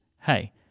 hey